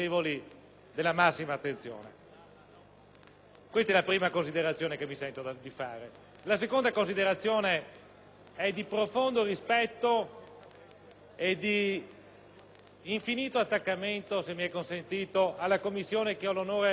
Questa è la prima considerazione che mi sento di fare. La seconda è di profondo rispetto e di infinito attaccamento - se mi è consentito - alla Commissione che ho l'onore e il privilegio di presiedere.